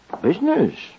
Business